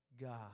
God